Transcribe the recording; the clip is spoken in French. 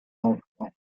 enfants